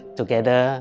together